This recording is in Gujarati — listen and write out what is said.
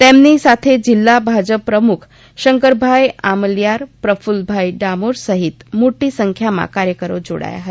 તેમની સાથે જિલ્લા ભાજપ પ્રમુખ શંકરભાઈ આમલીયાર પ્રફલ્લ ભાઇ ડામોર સહિત મોટી સંખ્યામાં કાયઁકરો જોડાયા હતા